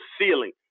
ceiling